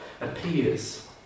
appears